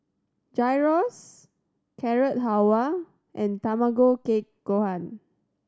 Gyros Carrot Halwa and Tamago Kake Gohan